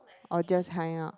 or just hang out